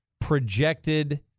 projected